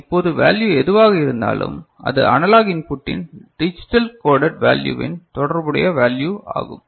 இப்போது வேல்யூ எதுவாக இருந்தாலும் அது அனலாக் இன்புட்டின் டிஜிட்டல் கோடெட் வெல்யுவின் தொடர்புடைய வேல்யூ ஆகும்